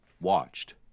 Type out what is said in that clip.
watched